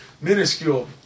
minuscule